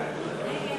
נגד.